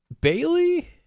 Bailey